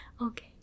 Okay